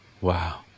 Wow